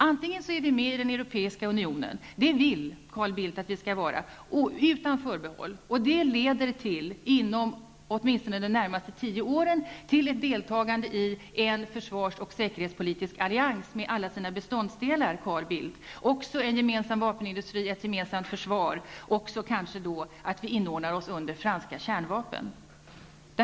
Om vi går med i den Europeiska unionen -- och det vill Carl Bildt att vi skall göra -- utan förbehåll, leder det inom åtminstone de närmaste tio åren till ett deltagande i en försvarsoch säkerhetspolitisk allians med alla dess beståndsdelar, Carl Bildt. Det leder till en gemensam vapenindustri och ett gemensamt försvar och kanske också till att vi inordnar oss under franska kärnvapen.